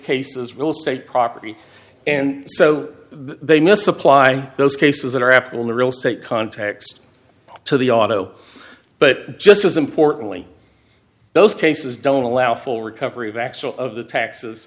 cases real estate property and so they misapply those cases that are happening in the real estate context to the auto but just as importantly those cases don't allow full recovery of actual of the taxes